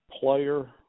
player